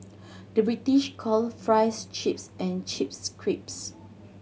the British call fries chips and chips crisps